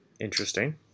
Interesting